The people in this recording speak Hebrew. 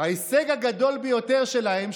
ההישג הגדול ביותר שלהם,